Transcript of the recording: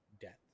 death